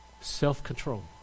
Self-control